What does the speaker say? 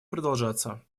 продолжаться